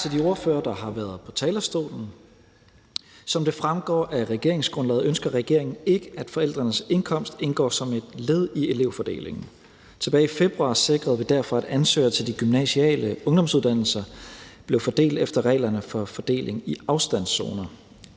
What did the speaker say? Tak til de ordførere, der har været på talerstolen. Som det fremgår af regeringsgrundlaget, ønsker regeringen ikke, at forældrenes indkomst indgår som et led i elevfordelingen. Tilbage i februar sikrede vi derfor, at alle ansøgere til de gymnasiale ungdomsuddannelser blev fordelt efter reglerne for fordeling i afstandszoner.